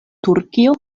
turkio